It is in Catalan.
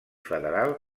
federal